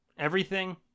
Everything-